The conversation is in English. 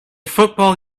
football